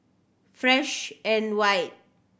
Fresh and White